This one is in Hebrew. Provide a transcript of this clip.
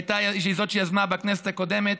שהיא שיזמה בכנסת הקודמת,